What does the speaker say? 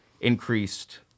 increased